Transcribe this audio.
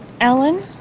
Ellen